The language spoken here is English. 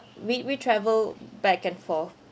we we travel back and forth